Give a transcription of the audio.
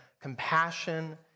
compassion